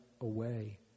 away